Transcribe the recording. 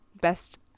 best